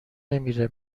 نمیره